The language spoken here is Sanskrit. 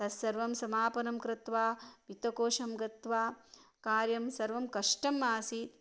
तस्सर्वं समापनं कृत्वा वित्तकोशं गत्वा कार्यं सर्वं कष्टम् आसीत्